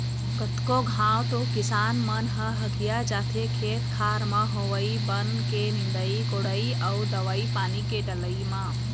कतको घांव तो किसान मन ह हकिया जाथे खेत खार म होवई बन के निंदई कोड़ई अउ दवई पानी के डलई म